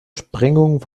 sprengung